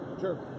Sure